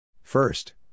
First